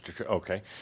Okay